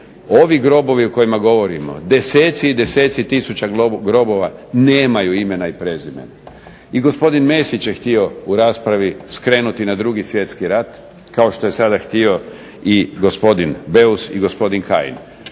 Ovi grobovi o kojima govorimo, deseci i deseci tisuća grobova nemaju imena i prezimena. I gospodin Mesić je htio u raspravi skrenuti na Drugi svjetski rat, kao što je sada htio i gospodin Beus i gospodin Kajin.